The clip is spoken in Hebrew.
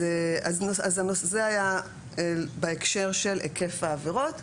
זה היה בהקשר של היקף העבירות.